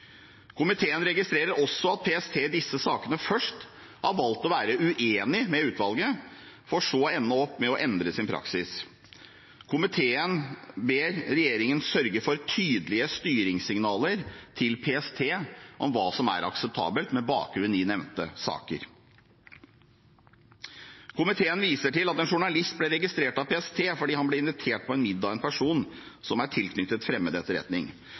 Komiteen registrerer også at PST i disse sakene først har valgt å være uenig med utvalget for så å ende opp med å endre sin praksis. Komiteen ber regjeringen sørge for tydelige styringssignaler til PST om hva som er akseptabelt, med bakgrunn i nevnte saker. Komiteen viser til at en journalist ble registrert av PST fordi han ble invitert på middag av en person som er tilknyttet fremmed etterretning.